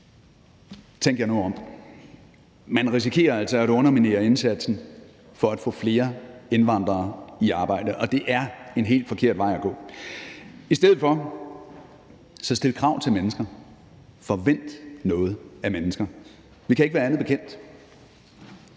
Man risikerer altså at underminere indsatsen for at få flere indvandrere i arbejde, og det er en helt forkert vej at gå. I stedet for: Stil krav til mennesker, forvent noget af mennesker. Vi kan ikke være andet bekendt.